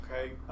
Okay